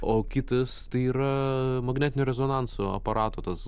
o kitas tai yra magnetinio rezonanso aparato tas